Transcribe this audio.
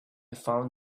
found